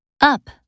Up